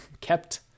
kept